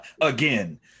Again